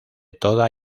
toda